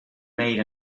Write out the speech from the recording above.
made